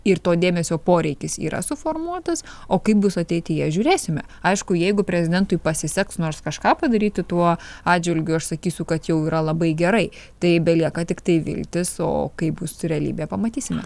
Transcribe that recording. ir to dėmesio poreikis yra suformuotas o kaip bus ateityje žiūrėsime aišku jeigu prezidentui pasiseks nors kažką padaryti tuo atžvilgiu aš sakysiu kad jau yra labai gerai tai belieka tiktai viltis o kaip bus realybė pamatysime